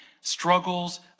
struggles